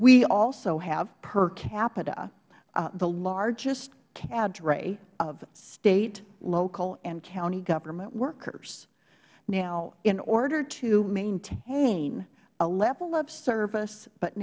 we also have per capita the largest cadre of state local and county government workers now in order to maintain a level of service but